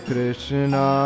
Krishna